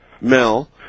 Mel